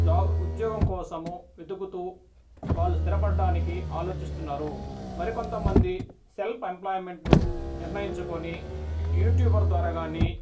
job ఉద్యోగం కోసం వెతుకుతూ వాళ్ళు స్థిరపడ్డానికి ఆలోచిస్తున్నారు మరి కొంతమంది సెల్ఫ్ ఎంప్లాయ్మెంటు నిర్ణయించుకుని యూట్యూబర్ ద్వారా కానీ